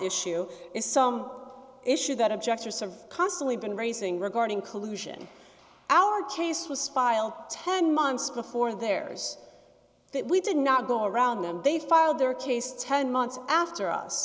issue is some issue that objects are constantly been raising regarding collusion our case was filed ten months before there's that we did not go around them they filed their case ten months after us